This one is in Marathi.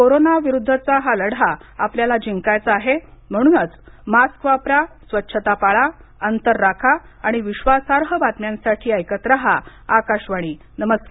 कोरोना विरुद्धचा हा लढा आपल्याला जिंकायचा आहे म्हणूनच मास्क वापरा स्वच्छता पाळा अंतर राखा आणि विश्वासार्ह बातम्यांसाठी ऐकत रहा आकाशवाणी नमस्कार